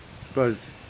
suppose